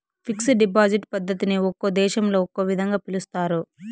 fixed deposit పద్ధతిని ఒక్కో దేశంలో ఒక్కో విధంగా పిలుస్తారు